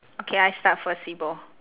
okay I start first sibo